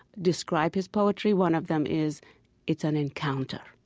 describe his poetry, one of them is it's an encounter.